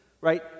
right